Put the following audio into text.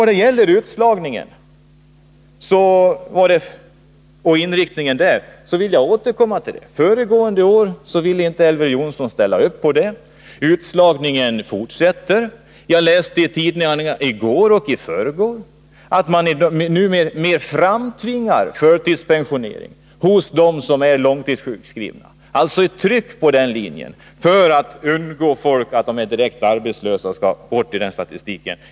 Vad det gäller utslagningen och inriktningen i det avseendet vill jag återkomma till att Elver Jonsson föregående år inte ville ställa upp på att motverka den. Utslagningen fortsätter alltså. Jag läste i tidningarna i går och i förrgår att man numera framtvingar förtidspensionering för dem som är långtidssjukskrivna. Man utövar alltså ett tryck här för att undanhålla folk att det handlar om människor som är direkt arbetslösa och för att få bort dessa ur arbetslöshetsstatistiken.